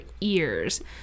ears